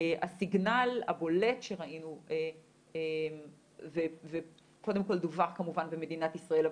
הסיגנל הבולט שראינו וקודם כל דווח כמובן במדינת ישראל,